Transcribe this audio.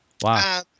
Wow